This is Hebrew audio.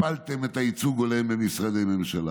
הפלתם את הייצוג ההולם במשרדי הממשלה.